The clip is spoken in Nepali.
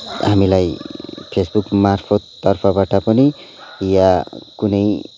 हामीलाई फेसबुक मार्फत् तर्फबाट पनि या कुनै